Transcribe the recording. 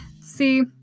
See